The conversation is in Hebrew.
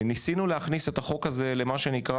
ניסינו להכניס את החוק הזה למה שנקרא